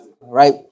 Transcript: Right